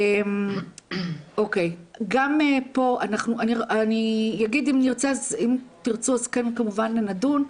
אם תרצו כמובן נדון,